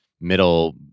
middle